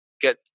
get